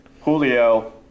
Julio